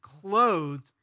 clothed